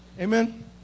Amen